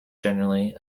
generally